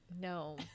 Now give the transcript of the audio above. No